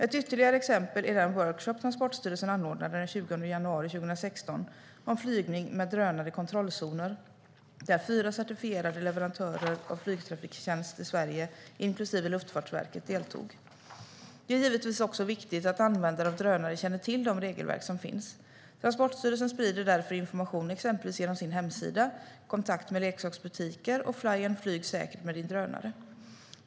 Ett ytterligare exempel är den workshop Transportstyrelsen anordnade den 20 januari 2016 om flygning med drönare i kontrollzoner, där de fyra certifierade leverantörerna av flygtrafiktjänst i Sverige, inklusive Luftfartsverket, deltog. Det är givetvis också viktigt att användare av drönare känner till de regelverk som finns. Transportstyrelsen sprider därför information exempelvis genom sin hemsida, kontakt med leksaksbutiker och flyern Flyg säkert med din drönare .